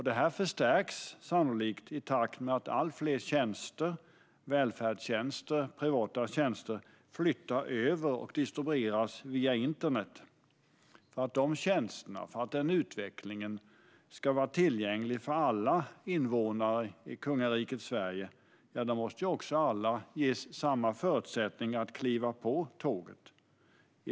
Detta förstärks sannolikt i takt med att allt fler välfärdstjänster och privata tjänster flyttar över och distribueras via internet. För att de tjänsterna och den utvecklingen ska vara tillgängliga för alla invånare i kungariket Sverige måste också alla ges samma förutsättningar att kliva på tåget.